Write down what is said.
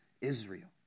Israel